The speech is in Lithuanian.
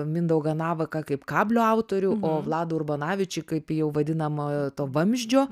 mindaugą navaką kaip kablio autorių o vladą urbanavičių kaip jau vadinamą to vamzdžio